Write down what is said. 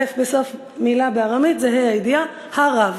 אל"ף בסוף מילה בארמית זה ה"א הידיעה, ה-רב.